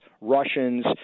Russians